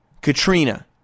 Katrina